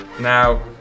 Now